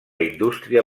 indústria